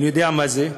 ואני יודע מה זה.